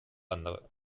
andere